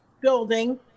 building